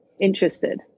interested